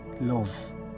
love